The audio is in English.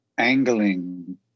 Angling